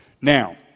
Now